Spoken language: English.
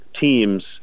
teams